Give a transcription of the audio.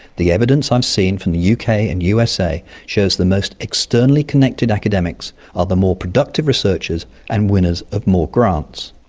the evidence i've seen from the uk and usa shows the most externally connected academics are the more productive researchers and winners of more grants.